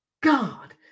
God